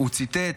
הוא ציטט,